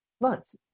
months